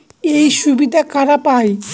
এই সুবিধা কারা পায়?